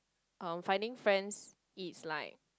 uh finding friends is like